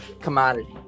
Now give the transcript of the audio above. commodity